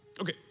Okay